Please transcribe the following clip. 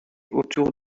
autour